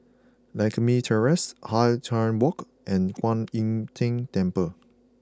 Lakme Terrace Hwan Tai Walk and Kwan Im Tng Temple